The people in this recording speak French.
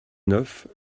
neuf